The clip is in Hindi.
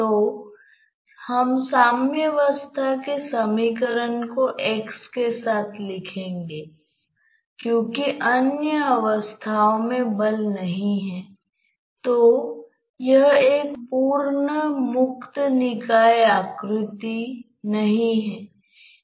तो यह एक छिद्रपूर्ण प्लेट है